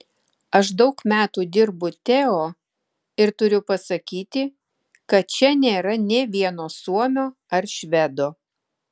aš daug metų dirbu teo ir turiu pasakyti kad čia nėra nė vieno suomio ar švedo